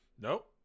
nope